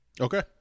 okay